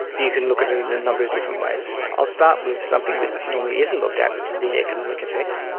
you can look at at it in a number of different ways. i'll start with something that normally isn't looked at which is the economic effect.